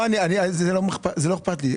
זה לא אכפת לי.